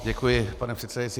Děkuji, pane předsedající.